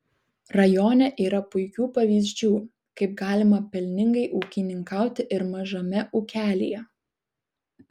rajone yra puikių pavyzdžių kaip galima pelningai ūkininkauti ir mažame ūkelyje